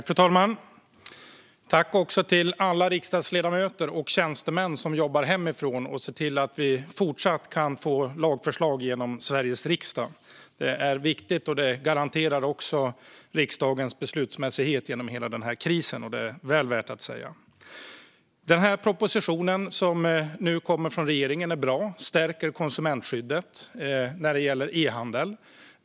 Fru talman! Tack till alla riksdagsledamöter och tjänstemän som jobbar hemifrån och ser till att vi fortsatt kan få lagförslag genom Sveriges riksdag! Det är viktigt och garanterar också riksdagens beslutsmässighet genom hela denna kris. Det är väl värt att säga. Den proposition som nu kommer från regeringen är bra och stärker konsumentskyddet när det gäller e-handeln.